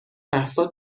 مهسا